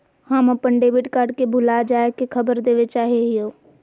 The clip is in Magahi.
हम अप्पन डेबिट कार्ड के भुला जाये के खबर देवे चाहे हियो